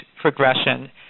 progression